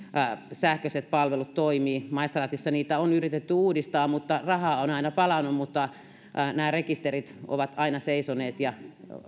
sähköiset palvelut toimivat maistraatissa niitä on yritetty uudistaa ja rahaa on aina palanut mutta rekisterit ovat aina seisoneet ja